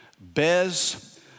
Bez